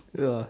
ya